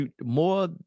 more